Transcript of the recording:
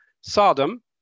Sodom